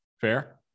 Fair